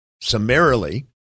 summarily